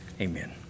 amen